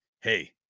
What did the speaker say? Hey